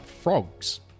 frogs